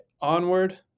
Onward